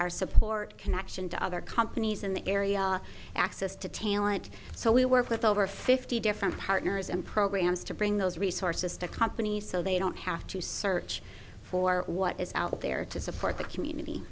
are support connection to other companies in the area access to talent so we work with over fifty different partners and programs to bring those resources to companies so they don't have to search for what is out there to support the community